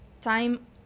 time